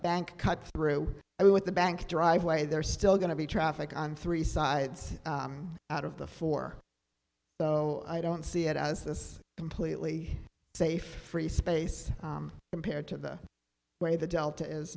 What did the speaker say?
bank cut through it with the bank driveway there still going to be traffic on three sides out of the four so i don't see it as this completely safe free space compared to the way the delta is